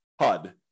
HUD